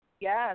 Yes